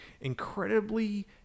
incredibly